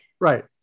Right